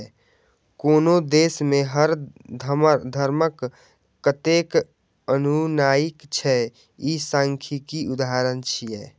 कोनो देश मे हर धर्मक कतेक अनुयायी छै, ई सांख्यिकीक उदाहरण छियै